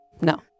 No